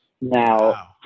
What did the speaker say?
Now